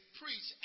preach